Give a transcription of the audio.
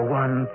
one